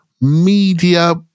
media